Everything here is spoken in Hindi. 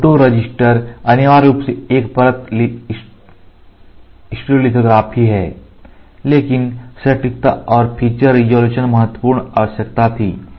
फोटोरॉजिस्ट अनिवार्य रूप से एक परत स्टीरियोलिथोग्राफी है लेकिन सटीकता और फ़ीचर रिज़ॉल्यूशन महत्वपूर्ण आवश्यकताएं थी